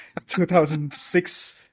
2006